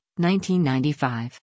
1995